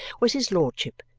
was his lordship,